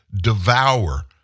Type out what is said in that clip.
devour